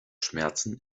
schmerzen